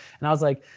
and i was like,